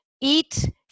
eat